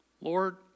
Lord